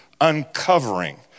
uncovering